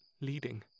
leading